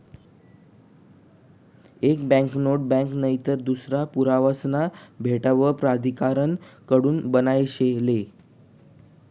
एक banknote bank नईतर दूसरा पुरावासना भेटावर प्राधिकारण कडून बनायेल शे